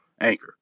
Anchor